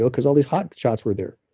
because all these hotshots were there,